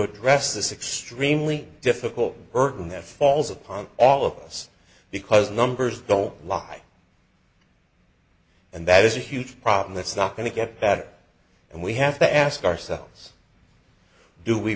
address this extremely difficult burden that falls upon all of us because the numbers don't lie and that is a huge problem that's not going to get that and we have to ask ourselves do we